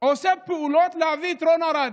עושה פעולות להביא את רון ארד.